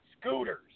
scooters